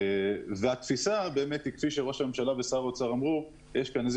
התפיסה היא שיש תנועת אקורדיון,